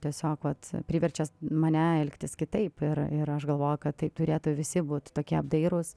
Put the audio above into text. tiesiog vat priverčia mane elgtis kitaip ir ir aš galvoju kad taip turėtų visi būt tokie apdairūs